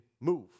move